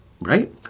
right